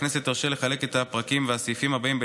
פרק ה' ביטוח לאומי, למעט סעיפים 15(3)